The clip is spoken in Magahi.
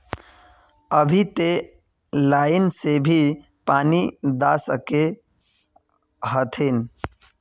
अभी ते लाइन से भी पानी दा सके हथीन?